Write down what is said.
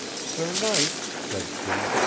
sir knight, said she,